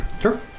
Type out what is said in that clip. Sure